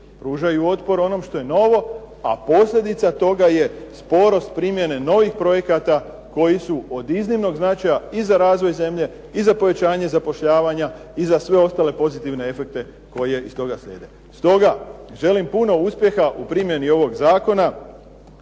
pružaju otpor onom što je novo, a posljedica toga je sporost primjene novih projekata koji su od iznimnog značaja i za razvoj zemlje i za povećanje zapošljavanja i za sve ostale pozitivne efekte koji iz toga slijede. Stoga, želim puno uspjeha u primjeni ovog zakona.